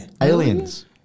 Aliens